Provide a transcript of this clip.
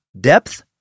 depth